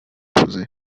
proposés